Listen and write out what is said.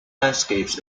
landscapes